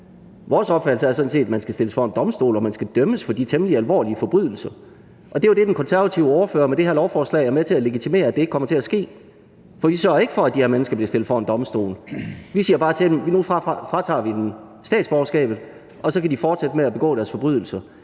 Vores opfattelse er sådan set, at man skal stilles for en domstol og man skal dømmes for de temmelig alvorlige forbrydelser, og det er jo det, den konservative ordfører med det her lovforslag er med til at legitimere ikke kommer til at ske, for vi sørger ikke for, at de her mennesker bliver stillet for en domstol. Vi siger bare: Nu fratager vi dem statsborgerskabet, og så kan de fortsætte med at begå deres forbrydelser.